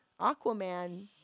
Aquaman